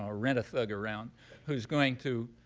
a rent-a-thug around who's going to